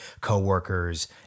coworkers